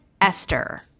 Esther